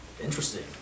Interesting